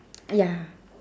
ya